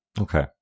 okay